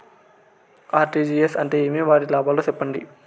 RTGS అంటే ఏమి? వాటి లాభాలు సెప్పండి?